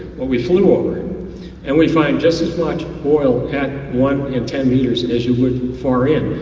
but we flew over and we find just as much oil at one and ten meters and as you would far in,